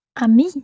Ami